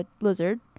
lizard